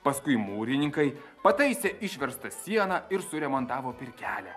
paskui mūrininkai pataisė išverstą sieną ir suremontavo pirkelę